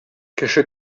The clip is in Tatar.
кеше